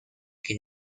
que